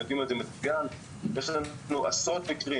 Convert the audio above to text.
הם יודעים את זה מצוין, ויש לנו עשרות מקרים